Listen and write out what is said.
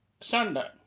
Sunday